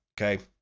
Okay